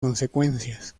consecuencias